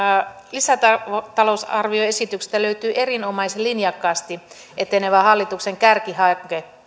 lisätalousarvioesityksestä löytyy erinomaisen linjakkaasti etenevä hallituksen kärkihanke